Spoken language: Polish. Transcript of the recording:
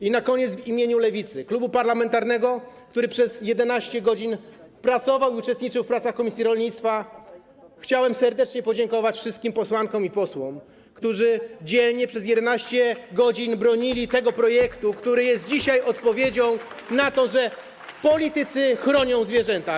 I na koniec w imieniu klubu parlamentarnego Lewicy, który przez 11 godzin uczestniczył w pracach komisji rolnictwa, chciałbym serdecznie podziękować wszystkim posłankom i posłom, którzy dzielnie przez 11 godzin bronili tego projektu, który jest dzisiaj odpowiedzią na to, że politycy chronią zwierzęta.